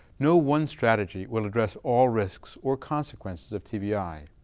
no one strategy will address all risks or consequences of tbi.